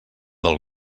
del